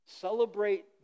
Celebrate